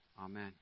Amen